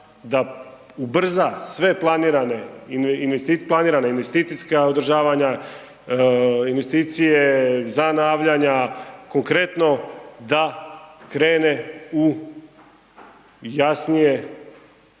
da ubrza sve planirane investicijska održavanja, investicije, zanavljanja, konkretno da krene u jasnije